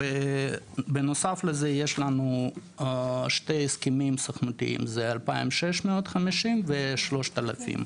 בנוסף לזה יש לנו שני הסכמים סוכנותיים זה 2,650 ו-3,000,